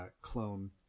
clone